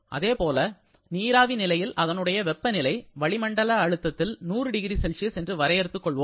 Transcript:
அதேபோல நீராவி நிலையில் அதனுடைய வெப்பநிலை வளிமண்டல அழுத்தத்தில் 100 0C என்று வரையறுத்துக் கொள்வோம்